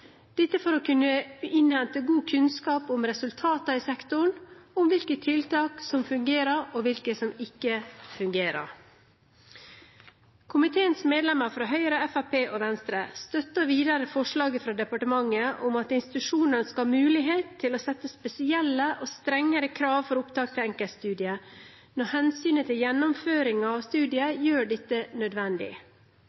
dette for å kunne innhente god kunnskap om resultater i sektoren og om hvilke tiltak som fungerer og hvilke som ikke fungerer. Komiteens medlemmer fra Høyre, Fremskrittspartiet og Venstre, støtter videre forslaget fra departementet om at institusjonene skal ha mulighet til å sette spesielle og strengere krav for opptak til enkeltstudier når hensynet til gjennomføring av studiet